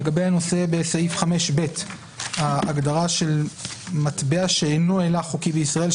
לגבי ההגדרה בסעיף 5ב של מטבע שאינו הילך חוקי בישראל,